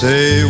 Say